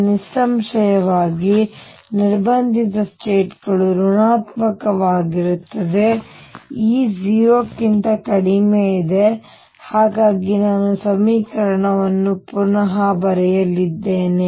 ಈಗ ನಿಸ್ಸಂಶಯವಾಗಿ ನಿರ್ಬಂಧಿತ ಸ್ಟೇಟ್ ಗಳು ಋಣಾತ್ಮಕವಾಗಿರುತ್ತವೆ E 0 ಕ್ಕಿಂತ ಕಡಿಮೆ ಇದೆ ಹಾಗಾಗಿ ನಾನು ಸಮೀಕರಣವನ್ನು ಪುನಃ ಬರೆಯಲಿದ್ದೇನೆ